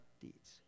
deeds